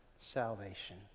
salvation